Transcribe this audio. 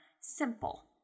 simple